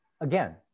again